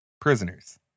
prisoners